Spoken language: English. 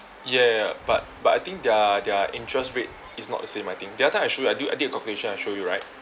ya ya but but I think their their interest rate is not the same I think the other time I show you right I do I did a calculation I show you right